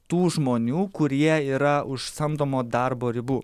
tų žmonių kurie yra už samdomo darbo ribų